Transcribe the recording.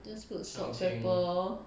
just put salt pepper lor